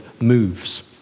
moves